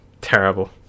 terrible